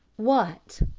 what?